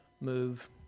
move